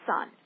sun